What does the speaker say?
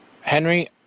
Henry